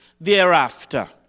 thereafter